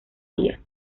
tía